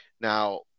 now